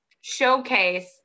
showcase